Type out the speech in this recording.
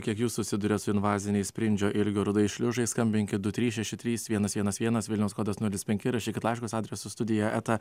kiek jūs susiduriat su invaziniais sprindžio ilgio rudais šliužais skambinkit du trys šeši trys vienas vienas vienas vilniaus kodas nulis penki rašykit laiškus adresu studija eta